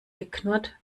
geknurrt